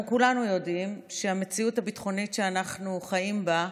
אנחנו כולנו יודעים שהמציאות הביטחונית שאנחנו חיים בה,